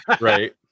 right